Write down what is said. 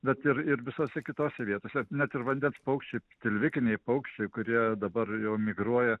bet ir ir visose kitose vietose net ir vandens paukščiai tilvikiniai paukščiai kurie dabar jau migruoja